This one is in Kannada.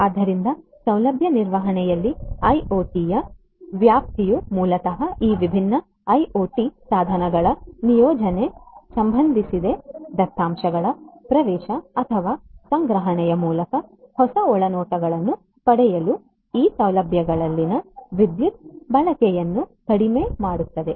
ಆದ್ದರಿಂದ ಸೌಲಭ್ಯ ನಿರ್ವಹಣೆಯಲ್ಲಿ ಐಒಟಿಯ ವ್ಯಾಪ್ತಿಯು ಮೂಲತಃ ಈ ವಿಭಿನ್ನ ಐಒಟಿ ಸಾಧನಗಳ ನಿಯೋಜನೆಗೆ ಸಂಬಂಧಿಸಿದೆ ದತ್ತಾಂಶಗಳ ಪ್ರವೇಶ ಅಥವಾ ಸಂಗ್ರಹಣೆಯ ಮೂಲಕ ಹೊಸ ಒಳನೋಟಗಳನ್ನು ಪಡೆಯಲು ಈ ಸೌಲಭ್ಯಗಳಲ್ಲಿನ ವಿದ್ಯುತ್ ಬಳಕೆಯನ್ನು ಕಡಿಮೆ ಮಾಡುತ್ತದೆ